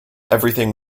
everything